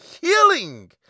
healing